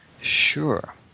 Sure